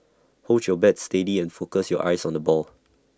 hold your bat steady and focus your eyes on the ball